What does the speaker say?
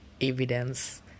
evidence